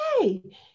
Hey